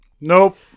Nope